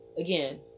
again